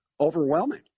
overwhelming